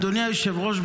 אדוני היושב-ראש,